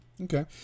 Okay